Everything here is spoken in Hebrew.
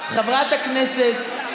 חובת פרסום דוח שנתי),